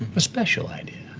a special idea,